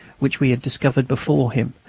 which we had discovered before him,